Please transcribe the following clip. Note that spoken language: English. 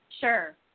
Sure